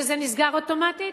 זה נסגר אוטומטית.